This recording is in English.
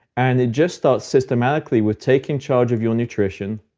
and it just starts systematically with taking charge of your nutrition,